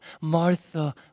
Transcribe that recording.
Martha